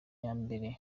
yambere